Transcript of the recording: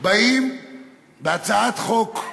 באים בהצעת חוק,